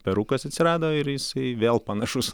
perukas atsirado ir jisai vėl panašus